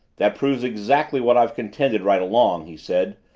that proves exactly what i've contended right along, he said,